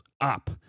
up